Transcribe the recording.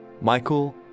Michael